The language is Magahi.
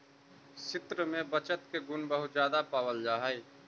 स्त्रि में बचत के गुण बहुत ज्यादा पावल जा हई